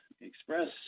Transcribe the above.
express